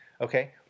Okay